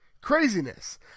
craziness